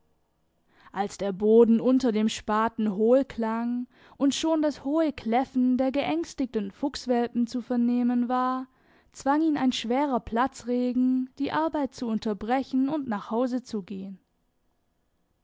als der boden unter dem spaten hohl klang und schon das hohe kläffen der geängstigten fuchswelpen zu vernehmen war zwang ihn ein schwerer platzregen die arbeit zu unterbrechen und nach hause zu gehen